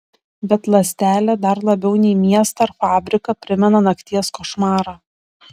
bet ląstelė dar labiau nei miestą ar fabriką primena nakties košmarą